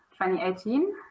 2018